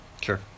Sure